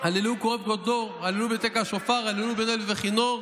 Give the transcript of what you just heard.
הללוהו כרב גדלו: הללוהו בתקע שופר הללוהו בנבל וכנור: